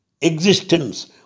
Existence